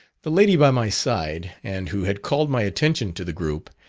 the lady by my side, and who had called my attention to the group,